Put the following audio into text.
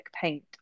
paint